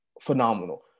phenomenal